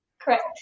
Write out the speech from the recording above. Correct